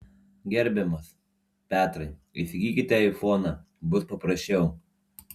gerbiamas petrai įsigykite aifoną bus paprasčiau